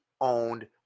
owned